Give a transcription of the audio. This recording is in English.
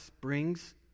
brings